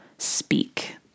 speak